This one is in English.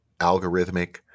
algorithmic